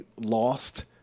lost